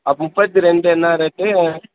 அப்போ முப்பத்து ரெண்டு என்ன ரேட்டு